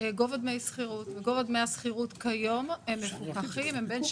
הם אומרים שלא,